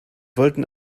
wollten